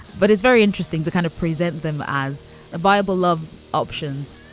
but it's very interesting to kind of present them as a viable of options,